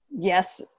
yes